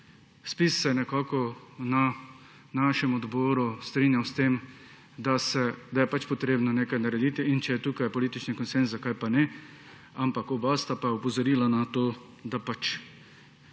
Zpiz se je na našem odboru strinjal s tem, da je potrebno nekaj narediti, in če je tukaj politični konsenz, zakaj pa ne. Ampak oba pa sta opozorila na to, da